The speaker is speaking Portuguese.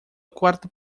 quarta